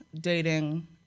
dating